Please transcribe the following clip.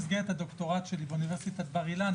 במסגרת הדוקטורט שלי באוניברסיטת בר אילן,